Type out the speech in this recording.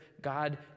God